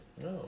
No